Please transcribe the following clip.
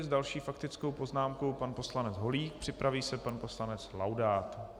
Další s faktickou poznámkou pan poslanec Holík, připraví se pan poslanec Laudát.